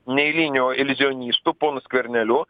neeiliniu iliuzionistu ponu skverneliu